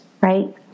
right